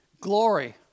Glory